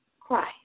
Christ